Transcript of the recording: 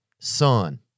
Son